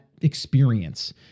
experience